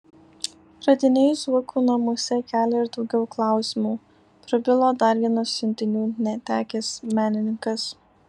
radiniai zuokų namuose kelia ir daugiau klausimų prabilo dar vienas siuntinių netekęs menininkas